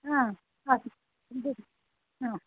आसीत्